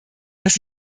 dass